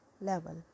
level